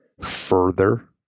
further